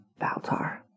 Baltar